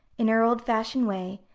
in her old-fashioned way,